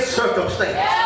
circumstance